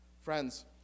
Friends